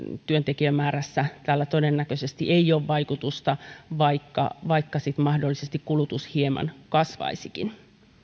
työntekijämäärään täällä todennäköisesti ei ole vaikutusta vaikka vaikka sitten mahdollisesti kulutus hieman kasvaisikin